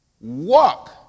Walk